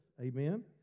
Amen